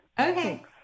Okay